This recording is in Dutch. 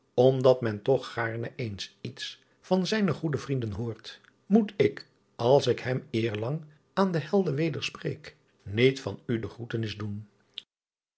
omdat men toch gaarne eens iets van zijne goede vrienden hoort oet ik als ik hem eerlang driaan oosjes zn et leven van illegonda uisman aan de elder weder spreek niet van u de groetenis doen